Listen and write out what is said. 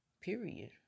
period